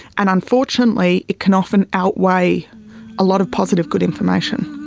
and unfortunately it can often outweigh a lot of positive good information.